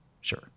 sure